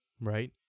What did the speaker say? right